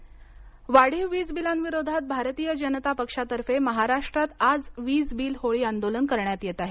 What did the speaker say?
वीजबिल वाढीव वीजबिलांविरोधात भारतीय जनता पक्षातर्फे महाराष्ट्रात आज वीज बिल होळी आंदोलन करण्यात येत आहे